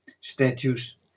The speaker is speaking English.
statues